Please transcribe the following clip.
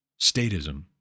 statism